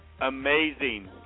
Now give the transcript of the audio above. amazing